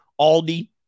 Aldi